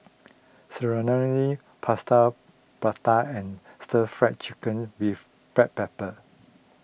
Serunding Plaster Prata and Stir Fried Chicken with Black Pepper